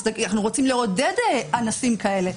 אז אנחנו רוצים לעודד אנסים כאלה.